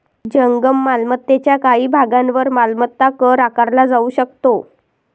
जंगम मालमत्तेच्या काही विभागांवर मालमत्ता कर आकारला जाऊ शकतो